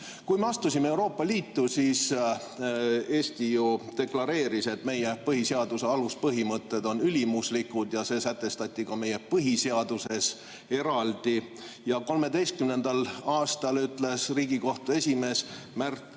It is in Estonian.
Kui me astusime Euroopa Liitu, siis Eesti deklareeris, et meie põhiseaduse aluspõhimõtted on ülimuslikud, ja see sätestati eraldi ka meie põhiseaduses. 2013. aastal ütles Riigikohtu esimees Märt